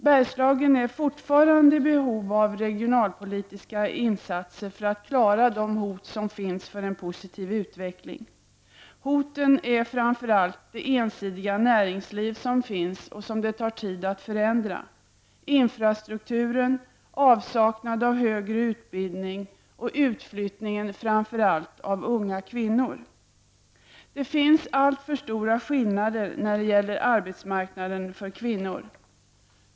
Bergslagen är fortfarande i behov av regionalpolitiska insatser för att klara de hot som finns mot en fortsatt positiv utveckling. Hoten är framför allt det ensidiga näringslivet, som det tar tid att förändra, samt infrastrukturen, avsaknad av högre utbildning och utflyttningen framför allt av unga kvinnor. Det finns alltför stora skillnader när det gäller arbetsmarknaden för kvinnor.